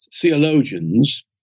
theologians